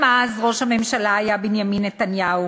גם אז ראש הממשלה היה בנימין נתניהו,